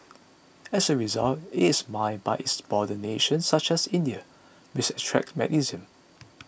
as a result it is mined by its border nations such as India which extracts magnesium